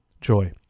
joy